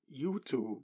YouTube